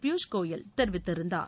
பியூஷ் கோயல் தெரிவித்திருந்தார்